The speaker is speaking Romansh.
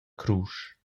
crusch